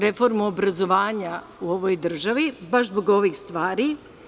Reformu obrazovanja u ovoj državi, baš zbog ovih stvari.